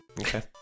Okay